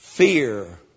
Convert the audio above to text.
Fear